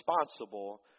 responsible